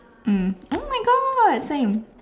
mm oh my God same